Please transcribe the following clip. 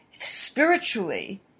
spiritually